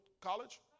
College